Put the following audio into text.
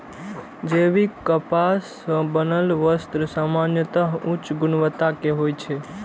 जैविक कपास सं बनल वस्त्र सामान्यतः उच्च गुणवत्ता के होइ छै